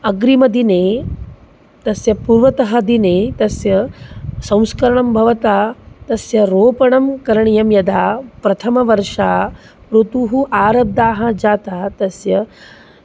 अग्रिमदिने तस्य पूर्वतः दिने तस्य संस्करणं भवता तस्य रोपणं करणीयं यदा प्रथमवर्षे ऋतुः आरब्धाः जाताः तस्य